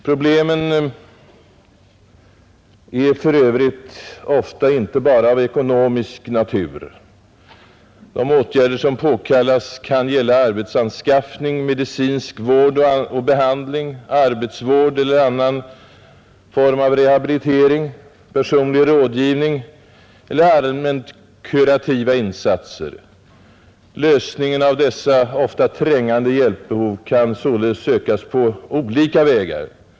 Problemen är för övrigt ofta inte bara av ekonomisk natur. De åtgärder som påkallas kan gälla arbetsanskaffning, medicinsk vård och behandling, arbetsvård eller annan form av rehabilitering, personlig rådgivning eller allmänt kurativa insatser. Lösningen av dessa ofta trängande hjälpbehov kan således sökas på olika vägar.